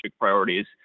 priorities